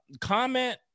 comment